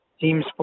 teams